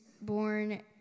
born